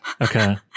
Okay